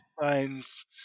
finds